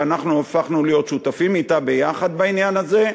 ואנחנו הפכנו להיות שותפים אתה בעניין הזה.